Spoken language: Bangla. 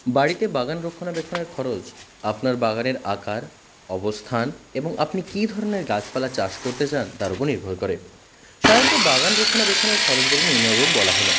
বাড়িতে বাগান রক্ষণাবেক্ষণের খরচ আপনার বাগানের আকার অবস্থান এবং আপনি কী ধরনের গাছপালা চাষ করতে চান তার উপর নির্ভর করে সাধারণত বাগান রক্ষণাবেক্ষণের খরচগুলি নিম্নরূপ বলা হলো